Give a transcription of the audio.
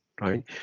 right